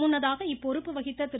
முன்னதாக இப்பொறுப்பு வகித்த திரு